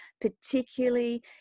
particularly